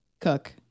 Cook